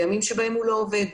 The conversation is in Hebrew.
בימים שבהם הוא לא עובד.